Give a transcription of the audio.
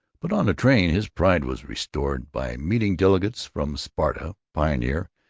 but on the train his pride was restored by meeting delegates from sparta, pioneer,